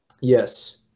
Yes